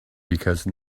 because